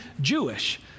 Jewish